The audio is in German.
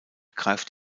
greift